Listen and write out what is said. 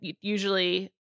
usually